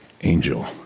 angel